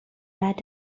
بعد